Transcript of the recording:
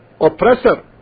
oppressor